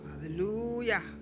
Hallelujah